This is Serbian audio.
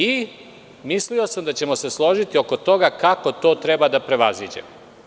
I, mislio sam da ćemo se složiti oko toga kako to treba da prevaziđemo.